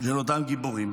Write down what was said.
של אותם גיבורים